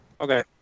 Okay